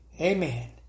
Amen